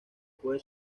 puede